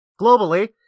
globally